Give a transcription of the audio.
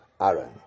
Aaron